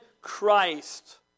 Christ